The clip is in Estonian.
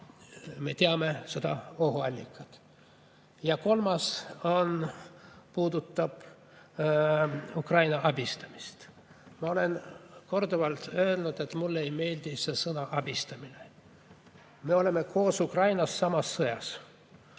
me teame seda ohuallikat. Kolmas puudutab Ukraina abistamist. Ma olen korduvalt öelnud, et mulle ei meeldi see sõna – abistamine. Me oleme koos Ukrainaga samas sõjas.